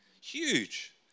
huge